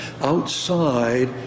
outside